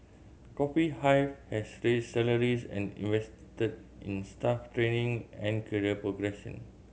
Coffee Hive has raised salaries and invested in staff training and career progression